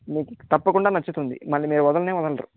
మీకు తప్పకుండా నచ్చుతుంది మళ్ళీ మీరు వదలనే వదలరు